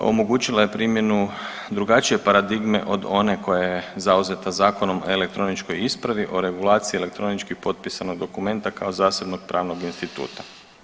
Omogućila je primjenu drugačije paradigme od one koja je zauzeta Zakonom o elektroničkoj ispravi o regulacije elektronički potpisanog dokumenta kao zasebnog pravnog instituta.